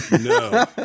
No